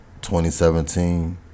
2017